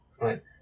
right